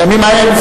כשהוא